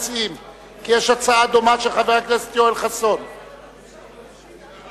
של חבר הכנסת יוחנן פלסנר,